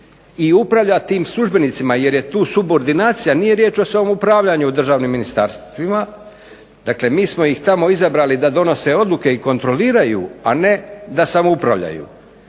i upravlja tim službenicima, jer je tu subordinacija, nije riječ o samoupravljanju državnim ministarstvima, dakle mi smo ih tamo izabrali da donose odluke i kontroliraju, a ne da samo upravljaju,